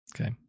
Okay